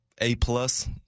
A-plus